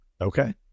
Okay